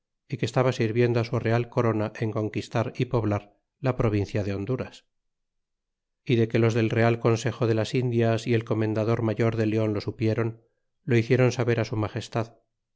y que estaba sirviendo su real corona en conquistar y poblar la provincia de honduras y de que los del real consejo de las indias y el comendador mayor de leon lo supieron lo hicieron saber á su magestad